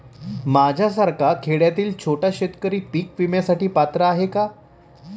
माझ्यासारखा खेड्यातील छोटा शेतकरी पीक विम्यासाठी पात्र आहे का?